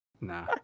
Nah